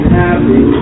happy